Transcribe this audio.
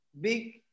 big